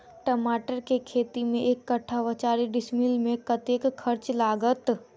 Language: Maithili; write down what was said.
टमाटर केँ खेती मे एक कट्ठा वा चारि डीसमील मे कतेक खर्च लागत?